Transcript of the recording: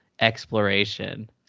exploration